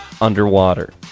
underwater